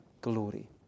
glory